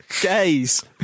gays